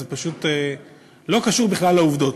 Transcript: זה לא קשור בכלל לעובדות.